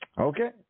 Okay